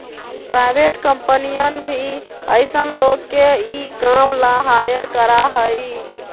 private कम्पनियन भी ऐसन लोग के ई काम ला हायर करा हई